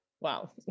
Wow